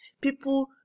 People